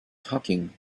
talking